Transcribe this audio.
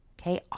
Okay